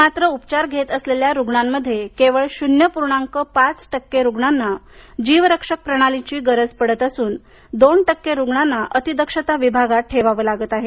मात्र उपचार घेत असलेल्या रुग्णांमध्ये केवळ शून्य पूर्णांक पाच टक्के रुग्णांना जीवरक्षक प्रणालीची गरज पडत असून दोन टक्के रुग्णांना अतिदक्षता विभागात ठेवावं लागत आहे